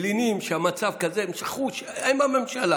מלינים שהמצב כזה והם שכחו שהם בממשלה.